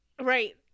Right